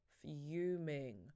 fuming